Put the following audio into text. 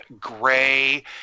gray